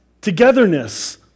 togetherness